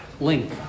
link